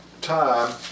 time